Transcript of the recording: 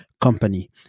company